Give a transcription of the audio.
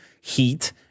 heat